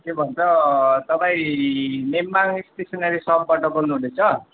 के भन्छ तपाईँ नेम्बाङ स्टेसनरी सपबाट बोल्नु हुँदैछ